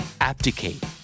Abdicate